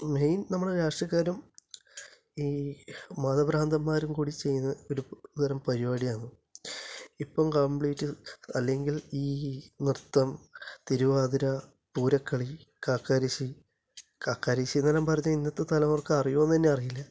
main നമ്മുടെ രാഷ്ട്രീയക്കാരും ഈ മത ഭ്രാന്തന്മാരും കുടി ചെയ്ത ഒരു വെറും പരിപാടിയാണ് ഇപ്പം കമ്പ്ലീറ്റ് അല്ലെങ്കിൽ ഈ നൃത്തം തിരുവാതിര പൂരക്കളി കാക്കാരശ്ശി കാക്കാരശ്ശി എന്നെല്ലാം പറഞ്ഞ ഇന്നത്തെ തലമുറക്ക് അറിയുമോ എന്നു തന്നെ അറിയില്ല